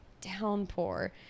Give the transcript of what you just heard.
downpour